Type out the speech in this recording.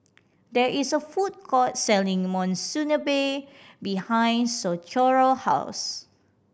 there is a food court selling Monsunabe behind Socorro house